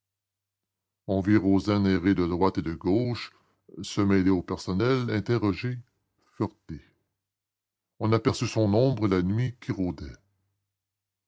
vit rozaine errer de droite et de gauche se mêler au personnel interroger fureter on aperçut son ombre la nuit qui rôdait